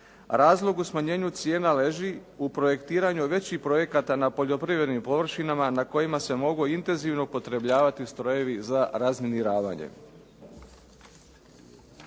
Razlog u smanjenju cijena leži u projektiranju većih projekata na poljoprivrednim površinama na kojima se mogu intenzivno upotrebljavati strojevi za razminiravanje.